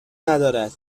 ندارد